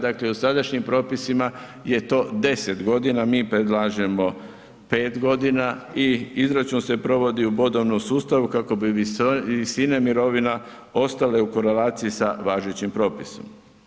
Dakle, u sadašnjim propisima je to 10 godina, mi predlažemo 5 godina i izračun se provodi u bodovnom sustavu kako bi visine mirovina ostale u korelaciji sa važećim propisima.